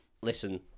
listen